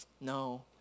No